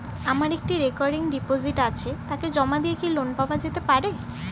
আমার একটি recurring deposit আছে তাকে জমা দিয়ে কি লোন পাওয়া যেতে পারে?